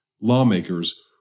lawmakers